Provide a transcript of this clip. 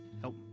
help